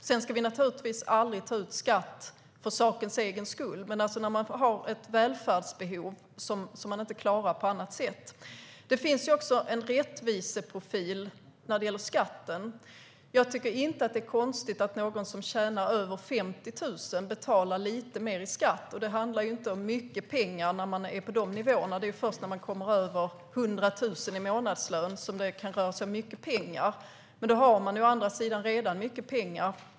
Sedan ska vi naturligtvis aldrig ta ut skatt för sakens skull. Men man ska göra det när man har ett välfärdsbehov som man inte klarar på annat sätt. Det finns också en rättviseprofil när det gäller skatten. Jag tycker inte att det är konstigt att någon som tjänar över 50 000 betalar lite mer i skatt. Det handlar inte om mycket pengar när man är på de nivåerna. Det är först när man kommer över 100 000 i månadslön som det kan röra sig om mycket pengar. Men då har man å andra sidan redan mycket pengar.